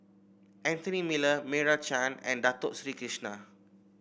Anthony Miller Meira Chand and Dato Sri Krishna